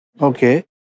Okay